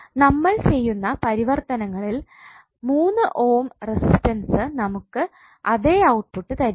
നമ്മൾ ചെയ്യുന്ന പരിവർത്തനങ്ങള്ളിൽ 3 ഓം റെസിസ്റ്റൻസ് നമുക്ക് അതേ ഔട്ട്പുട്ട് തരികയില്ല